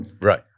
right